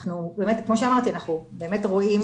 אנחנו באמת כמו שאמרתי אנחנו באמת רואים